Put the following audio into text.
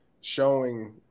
showing